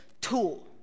tool